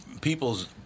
People's